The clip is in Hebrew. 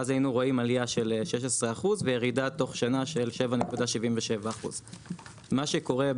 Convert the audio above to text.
ואז היינו רואים עלייה של 16% וירידה תוך שנה של 7.7%. מה שקורה,